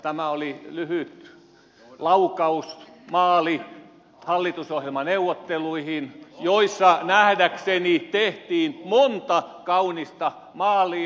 tämä oli lyhyt laukaus maali hallitusohjelmaneuvotteluihin joissa nähdäkseni tehtiin monta kaunista maalia